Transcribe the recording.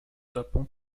japon